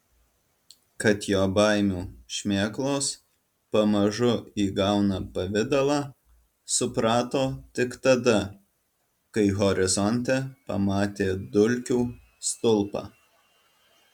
kad jo baimių šmėklos pamažu įgauna pavidalą suprato tik tada kai horizonte pamatė dulkių stulpą